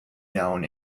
known